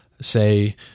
say